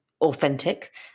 authentic